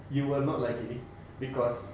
you will not like it because